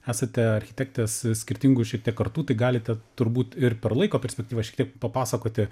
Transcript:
esate architektės skirtingų šiek tiek kartų tai galite turbūt ir per laiko perspektyvą šiek tiek papasakoti